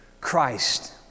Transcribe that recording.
Christ